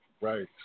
Right